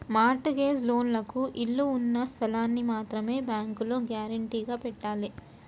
mart gauge లోన్లకు ఇళ్ళు ఉన్న స్థలాల్ని మాత్రమే బ్యేంకులో గ్యేరంటీగా పెట్టాలే